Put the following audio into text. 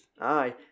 aye